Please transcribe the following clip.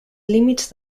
límits